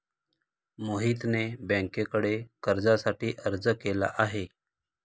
मोहितने बँकेकडे कर्जासाठी अर्ज केला आहे